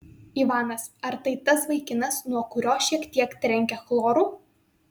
ivanas ar tai tas vaikinas nuo kurio šiek tiek trenkia chloru